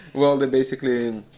well they basically